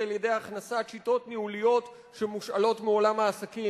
על-ידי הכנסת שיטות ניהוליות שמושאלות מעולם העסקים.